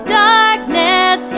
darkness